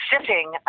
sitting